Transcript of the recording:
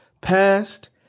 past